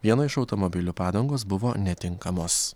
vieno iš automobilio padangos buvo netinkamos